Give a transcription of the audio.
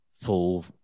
full